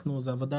זאת עבודה